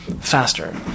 faster